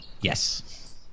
Yes